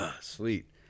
Sweet